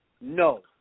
No